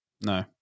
No